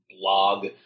blog